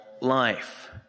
life